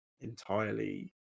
entirely